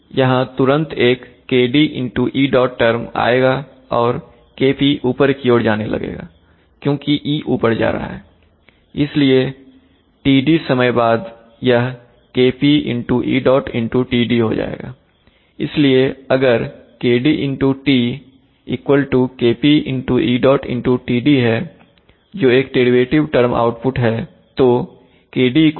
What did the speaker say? इसलिए यहां तुरंत एक KD ė टर्म आएगा और KP अब ऊपर की ओर जाने लगेगा क्योंकि e ऊपर जा रहा है इसलिए TD समय बाद यह KP ė TD हो जाएगाइसलिए अगर KD ė KP ė TD है जो एक डेरिवेटिव टर्म आउटपुट है तो KD KP TD